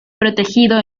protegido